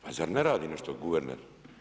Pa zar ne radi nešto guverner?